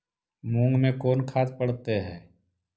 मुंग मे कोन खाद पड़तै है?